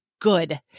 good